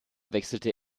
wechselte